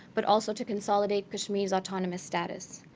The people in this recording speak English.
but also to consolidate kashmir's autonomous status.